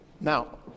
Now